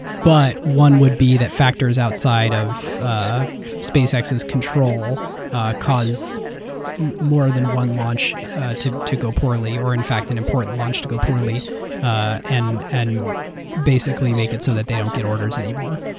but one would be that factors outside of spacex is control because more than one launch to to go poorly or in fact an important launch to go poorly ah and and basically make it so that they don't get orders anymore.